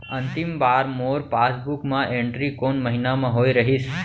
अंतिम बार मोर पासबुक मा एंट्री कोन महीना म होय रहिस?